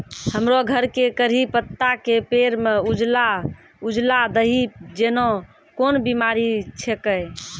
हमरो घर के कढ़ी पत्ता के पेड़ म उजला उजला दही जेना कोन बिमारी छेकै?